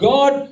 God